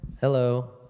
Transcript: Hello